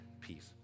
peace